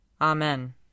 Amen